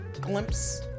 Glimpse